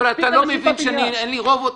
אבל אתה לא מבין שאין לי רוב?